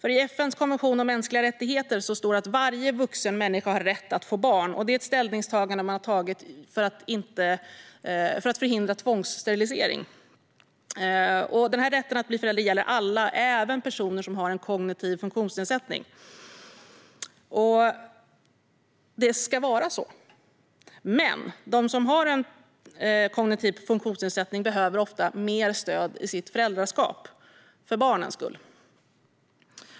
I FN:s konvention om mänskliga rättigheter står det att varje vuxen människa har rätt att få barn. Det är ett ställningstagande man har gjort för att förhindra tvångssterilisering. Rätten att bli förälder gäller alla, även personer med kognitiv funktionsnedsättning, och det ska vara så. Men de som har en kognitiv funktionsnedsättning behöver ofta mer stöd i sitt föräldraskap för barnens skull.